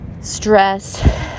stress